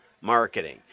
marketing